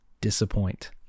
disappoint